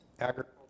agriculture